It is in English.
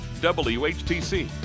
WHTC